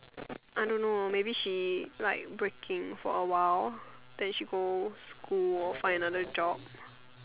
I don't know maybe she like breaking for a while then she go school or find another job